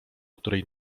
której